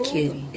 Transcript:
Kitty